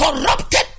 corrupted